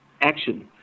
action